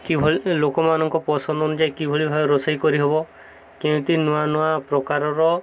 କିଭଳି ଲୋକମାନଙ୍କ ପସନ୍ଦ ଅନୁଯାୟୀ କିଭଳି ଭାବବେ ରୋଷେଇ କରିହବ କେମିତି ନୂଆ ନୂଆ ପ୍ରକାରର